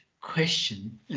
question